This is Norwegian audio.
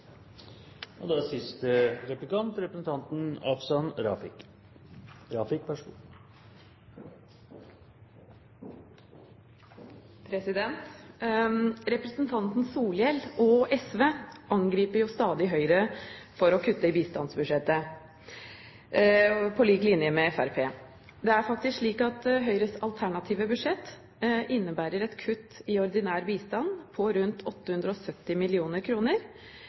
Representanten Solhjell og SV angriper jo stadig Høyre for å kutte i bistandsbudsjettet på lik linje med Fremskrittspartiet. Det er faktisk slik at Høyres alternative budsjett innebærer et kutt i ordinær bistand på rundt 870